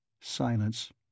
Silence